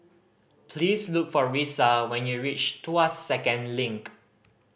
please look for Risa when you reach Tuas Second Link